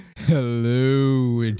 Hello